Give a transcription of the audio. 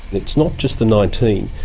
it's not just the nineteen,